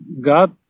God